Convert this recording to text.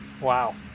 Wow